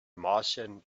martians